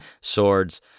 swords